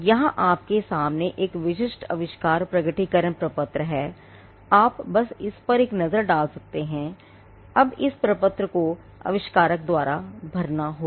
यहाँ आपके सामने एक विशिष्ट आविष्कार प्रकटीकरण प्रपत्र है आप बस इस पर एक नज़र डाल सकते हैं अब इस प्रपत्र को आविष्कारक द्वारा भरना होगा